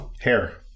hair